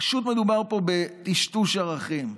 פשוט מדובר פה בטשטוש ערכים.